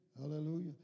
Hallelujah